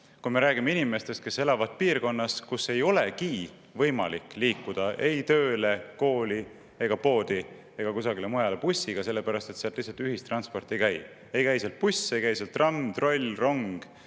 Me räägime inimestest, kes elavad piirkonnas, kus ei olegi võimalik liikuda ei tööle, kooli, poodi ega kusagile mujale bussiga, sellepärast et sealt lihtsalt ühistransport ei käi. Ei käi seal buss, tramm, troll, rong,